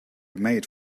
made